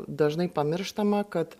dažnai pamirštama kad